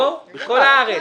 לא, בכל הארץ.